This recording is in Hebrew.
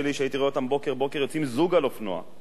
בוקר-בוקר יוצאים זוג על אופנוע לעבודה,